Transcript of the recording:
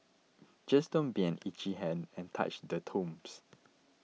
just don't be an itchy hand and touch the tombs